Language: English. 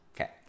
Okay